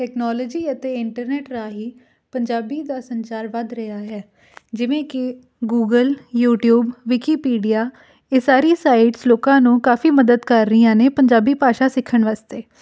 technology ਅਤੇ internet ਰਾਹੀਂ ਪੰਜਾਬੀ ਦਾ ਸੰਚਾਰ ਵੱਧ ਰਿਹਾ ਹੈ ਜਿਵੇਂ ਕਿ ਗੂਗਲ ਯੂਟਿਊਬ ਵਿਕੀਪੀਡੀਆ ਇਹ ਸਾਰੀ ਸਾਈਟਸ ਲੋਕਾਂ ਨੂੰ ਕਾਫੀ ਮਦਦ ਕਰ ਰਹੀਆਂ ਨੇ ਪੰਜਾਬੀ ਭਾਸ਼ਾ ਸਿੱਖਣ ਵਾਸਤੇ